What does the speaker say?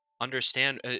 understand